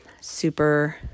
super